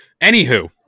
Anywho